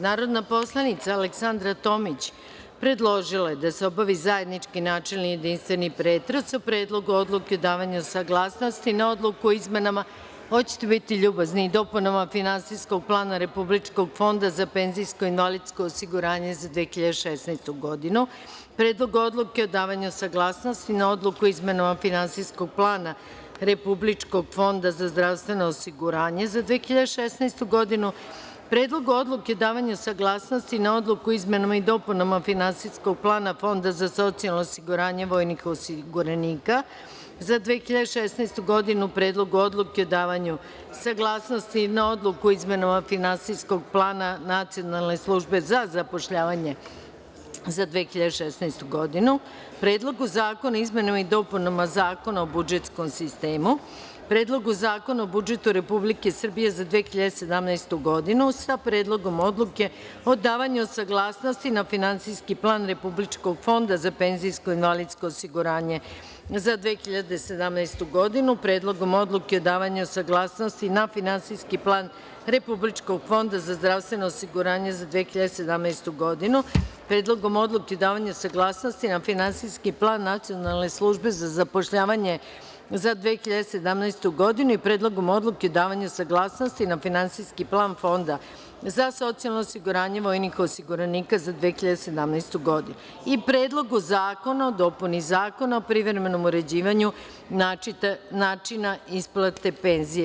Narodna poslanica Aleksandra Tomić predložila je da se obavi zajednički načelni jedinstveni pretres o: Predlogu odluke davanja saglasnosti na Odluku o izmenama i dopunama Finansijskog plana Republičkog fonda za penzijsko i invalidsko osiguranje za 2016. godinu, Predlogu odluke o davanju saglasnosti na Odluku o izmenama finansijskog plana Republičkog fonda za zdravstveno osiguranje za 2016. godinu, Predlogu odluke o davanju saglasnosti na Odluku o izmenama i dopunama finansijskog plana Fonda za socijalno osiguranje vojnih osiguranika za 2016. godinu, Predlogu odluke o davanju saglasnosti na Odluku o izmenama finansijskog plana Nacionalne službe za zapošljavanje za 2016. godinu, Predlogu Zakona o izmenama i dopunama Zakona o budžetskom sistemu, Predlogu zakona o budžetu Republike Srbije za 2017. godinu sa Predlogom odluke o davanju saglasnosti na Finansijski plan Republičkog fonda za PIO za 2017. godinu, Predlogom odluke o davanju saglasnosti na Finansijski plan Republičkog fonda za zdravstveno osiguranje za 2017. godinu, Predlogom odluke o davanju saglasnosti na Finansijski plan Nacionalne službe za zapošljavanje za 2017. godinu i Predlogom odluke o davanju saglasnosti na Finansijski plan Fonda za socijalno osiguranje vojnih osiguranika za 2017. godinu i Predlogu zakona o dopuni Zakona o privremenom uređivanju načina isplata penzije.